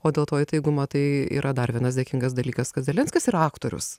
o dėl to įtaigumo tai yra dar vienas dėkingas dalykas kad zelenskis yra aktorius